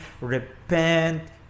repent